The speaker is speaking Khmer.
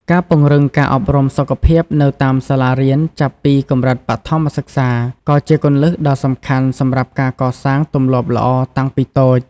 ការពង្រឹងការអប់រំសុខភាពនៅតាមសាលារៀនចាប់ពីកម្រិតបឋមសិក្សាក៏ជាគន្លឹះដ៏សំខាន់សម្រាប់ការកសាងទម្លាប់ល្អតាំងពីតូច។